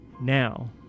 Now